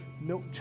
milk